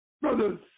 Brothers